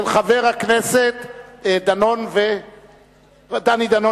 של חבר הכנסת דני דנון